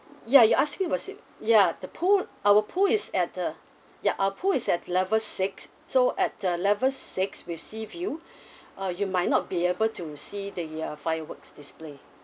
ya you asking for sea ya the pool our pool is at uh ya our pool is at level six so at uh level six with sea view uh you might not be able to see the err fireworks display